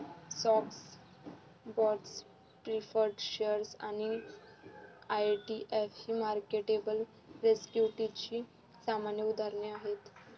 stocks, bonds, preferred shares आणि ETF ही marketable सिक्युरिटीजची सामान्य उदाहरणे आहेत